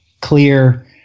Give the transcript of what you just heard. clear